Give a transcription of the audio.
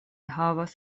havas